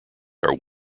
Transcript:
are